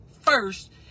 first